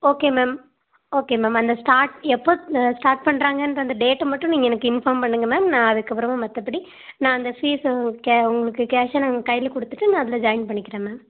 okay ma'am okay ma'am அந்த start எப்போத்தில start பண்ணுறாங்கன்ற அந்த டேட்டை மட்டும் நீங்கள் எனக்கு இன்ஃபார்ம் பண்ணுங்க மேம் நான் அதுக்கப்புறமா மற்றபடி நான் அந்த ஃபீஸை உங் கே உங்களுக்கு கேஷ்ஷாக நான் உங்கள் கையில் கொடுத்துட்டு நான் அதில் ஜாயின் பண்ணிக்கிறேன் மேம்